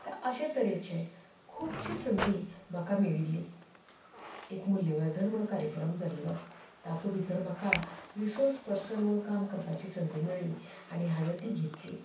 अशे तरेच्यो खुबश्यो संदी म्हाका मेळिल्ल्यो एक मुल्यवर्धन म्हूण कार्यक्रम जाल्लो तातूंत भितर म्हाका रिसोर्स पर्सन म्हूण काम करपाची संदी मेळ्ळी आनी हांवें ती घेतलीं